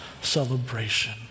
celebration